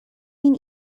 این